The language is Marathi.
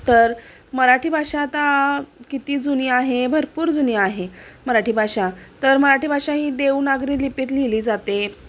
तर मराठी भाषा आता किती जुनी आहे भरपूर जुनी आहे मराठी भाषा तर मराठी भाषा ही देवनागरी लिपित लिहिली जाते